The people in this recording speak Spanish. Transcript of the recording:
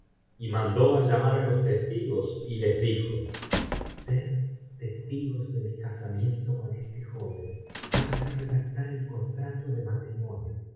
y mandó llamar á los testigos y les dijo sed testigos de mi casamiento con este joven vais á biblioteca valenciana generalitat valenciana las mil noches y una noche redactar el contrato de matrimonio